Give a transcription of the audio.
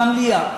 במליאה,